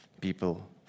people